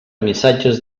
missatges